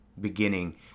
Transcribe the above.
beginning